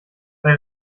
bei